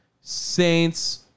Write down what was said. Saints